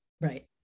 right